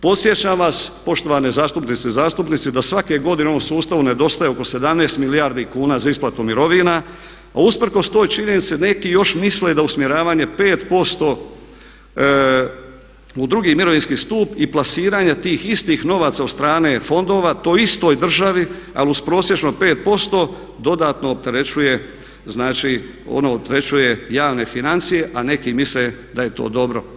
Podsjećam vas poštovane zastupnice, zastupnici da svake godine u ovom sustavu nedostaje oko 17 milijardi kuna za isplatu mirovina a usprkos toj činjenici da neki još misle da još usmjeravanje 5% u drugi mirovinski stup i plasiranje tih istih novaca od strane fondova toj istoj državi ali uz prosječno 5% dodatno opterećuje znači ono opterećuje javne financije a neki misle da je to dobro.